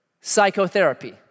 psychotherapy